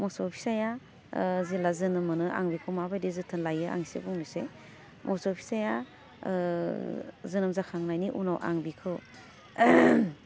मसौ फिसाया ओह जेला जोनोम मोनो आं बेखौ माबायदि जोथोन लायो आं एसे बुंनोसै मोसौ फिसाया ओह जोनोम जाखांनायनि उनाव आं बिखौ